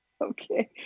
Okay